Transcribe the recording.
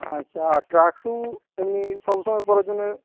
আচ্ছা আর ট্রাকসুট এমনি সবসময় পরার জন্যে